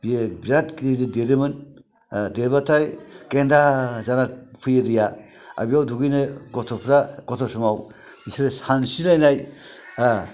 बियो बिराद गिदिर देरोमोन देरबाथाय गेनदा जाना फैयो दैया आरो बेयाव दुगैनो गथफ्रा गथ' समाव एसे सानस्रिलायनाय